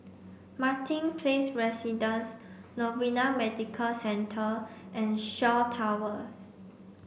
Martin Place Residences Novena Medical Centre and Shaw Towers